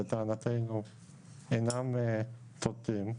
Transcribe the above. שלטענתנו אינם צודקים.